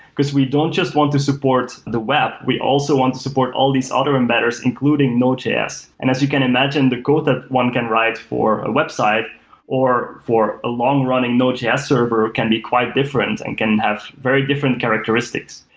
because we don't just want to support the web. we also want to support all these other embedders, including node js. as you can imagine, the code that one can write for a website or for a long-running node js server can be quite different and can have very different characteristics.